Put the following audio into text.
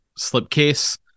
slipcase